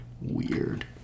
weird